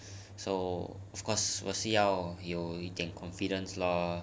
so of course 我是要有一点 confidence loh